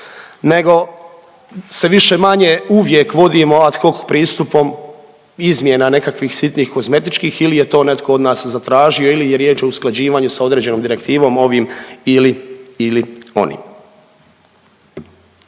nego se više-manje uvijek vodimo ad hoc pristupom izmjena nekakvih sitnih kozmetičkih ili je to netko od nas zatražio ili je riječ o usklađivanju sa određenom direktivom ovim ili, ili